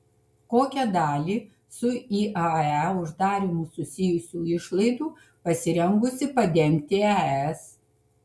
kokią dalį su iae uždarymu susijusių išlaidų pasirengusi padengti es